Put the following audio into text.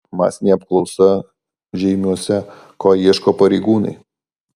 masinė apklausa žeimiuose ko ieško pareigūnai